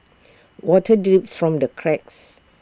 water drips from the cracks